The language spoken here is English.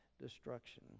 destruction